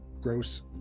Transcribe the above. gross